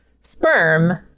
sperm